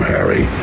Harry